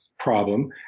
problem